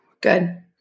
Good